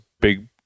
big